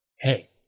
Hey